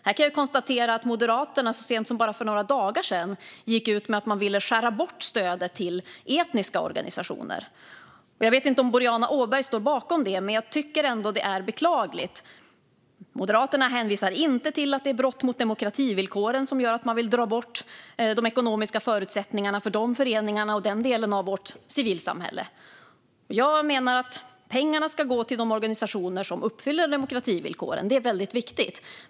Här kan jag konstatera att Moderaterna så sent som för bara några dagar sedan gick ut med att man ville skära bort stödet till etniska organisationer. Jag vet inte om Boriana Åberg står bakom det. Jag tycker ändå att det är beklagligt. Moderaterna hänvisar inte till att det är brott mot demokrativillkoren som gör att man vill dra bort de ekonomiska förutsättningarna för de föreningarna och den delen av vårt civilsamhälle. Jag menar att pengarna ska gå till de organisationer som uppfyller demokrativillkoren. Det är väldigt viktigt.